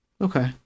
Okay